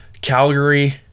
Calgary